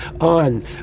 on